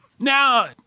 Now